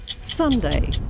Sunday